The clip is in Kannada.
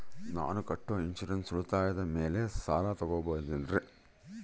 ನಾನು ಕಟ್ಟೊ ಇನ್ಸೂರೆನ್ಸ್ ಉಳಿತಾಯದ ಮೇಲೆ ಸಾಲ ತಗೋಬಹುದೇನ್ರಿ?